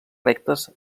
rectes